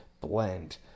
blend